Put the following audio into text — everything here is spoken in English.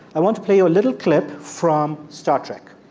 i want to play you a little clip from star trek.